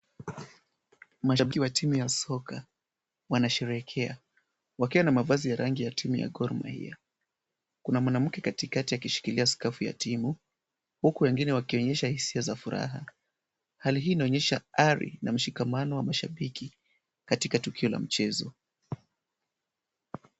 Mashabiki wa timu ya soka wanasherehekea wakiwa na mavazi ya rangi ya timu ya Gor Mahia. Kuna mwanamke katikati akishikilia skafu ya timu huku wengine wakionyesha hisia za furaha. Hali hii inaonyesha ari na mshikamano wa mashabiki katika tukio la mchezo.